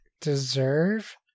deserve